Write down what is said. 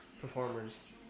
performers